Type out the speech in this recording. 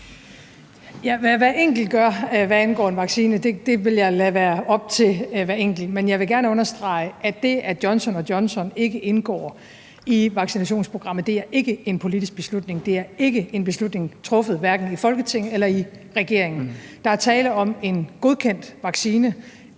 hver enkelt gør, hvad angår vaccine, vil jeg lade være op til hver enkelt, men jeg vil gerne understrege, at det, at Johnson & Johnson ikke indgår i vaccinationsprogrammet, ikke er en politisk beslutning. Det er ikke en beslutning truffet i Folketinget eller i regeringen. Der er tale om en godkendt vaccine,